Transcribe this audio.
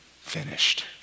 finished